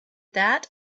that